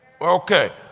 Okay